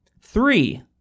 Three